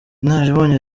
inararibonye